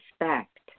respect